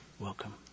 welcome